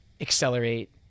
accelerate